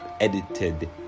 edited